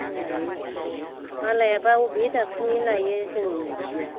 जोंहानि नखराव मालायाबा अबे डाॅक्टरनि लायो जों मिथिया